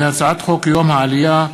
הצעת חוק יום העלייה,